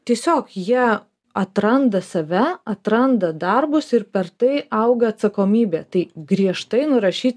tiesiog jie atranda save atranda darbus ir per tai auga atsakomybė tai griežtai nurašyti